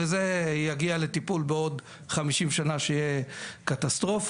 וזה יגיע לטיפול בעוד 50 שנה שיהיה קטסטרופה.